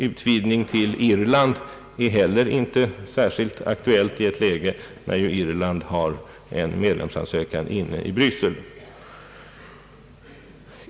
Utvidgning av samarbetet med Irland är heller inte särskilt aktuellt, när som bekant Irland har en medlemsansökan inlämnad i Bryssel.